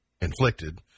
inflicted